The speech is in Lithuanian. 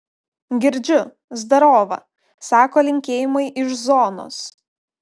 girdžiu zdarova sako linkėjimai iš zonos